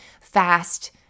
fast